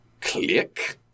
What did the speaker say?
Click